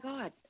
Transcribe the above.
God